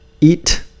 eat